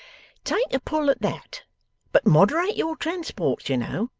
take a pull at that but moderate your transports, you know,